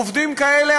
עובדים כאלה,